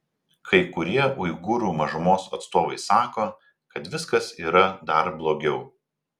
kai kurie uigūrų mažumos atstovai sako kad viskas yra dar blogiau